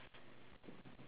and I did